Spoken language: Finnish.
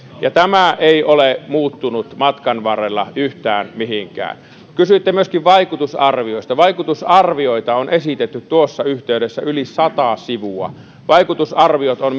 ja tämä ei ole muuttunut matkan varrella yhtään mihinkään kysyitte myöskin vaikutusarvioista vaikutusarvioita on esitetty tuossa yhteydessä yli sata sivua myöskin vaikutusarviot on